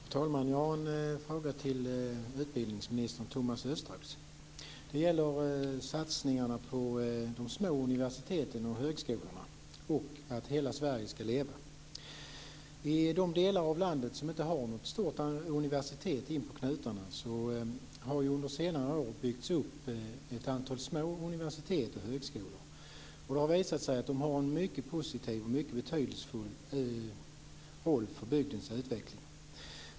Fru talman! Jag har en fråga till utbildningsminister Thomas Östros. Den gäller satsningarna på de små universiteten och högskolorna och satsningen på att hela Sverige skall leva. I de delar av landet som inte har något stort universitet inpå knutarna har det under senare år byggts upp ett antal små universitet och högskolor. Det har visat sig att de har en mycket positiv och betydelsefull roll för bygdens utveckling.